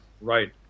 right